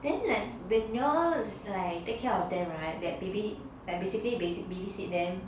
then like when you all like take care of them [right] that maybe like baby~ basically babysit them